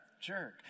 jerk